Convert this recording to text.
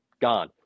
gone